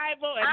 Bible